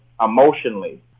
emotionally